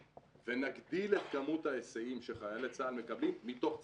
ונגדיל את כמות ההיסעים שחיילי צה"ל מקבלים מתוך צה"ל.